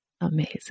amazing